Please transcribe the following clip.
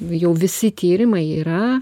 jau visi tyrimai yra